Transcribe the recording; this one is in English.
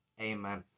Amen